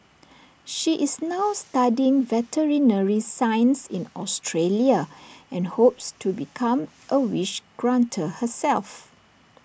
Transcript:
she is now studying veterinary science in Australia and hopes to become A wish granter herself